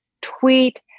tweet